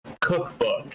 cookbook